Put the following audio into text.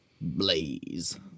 Blaze